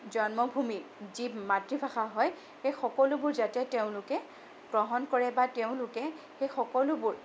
জন্মভূমি যি মাতৃভাষা হয় সেই সকলোবোৰ যাতে তেওঁলোকে গ্ৰহণ কৰে বা তেওঁলোকে সেই সকলোবোৰ